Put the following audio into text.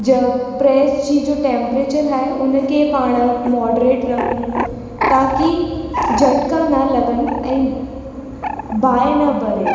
जब प्रेस जी जो टेम्प्रेचर आहे उन खे पाण मोड्रेड रखूं ताकी झटिका न लॻनि ऐं बाहि न ॿरे